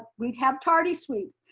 we had tardy sweep.